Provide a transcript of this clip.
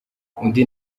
undi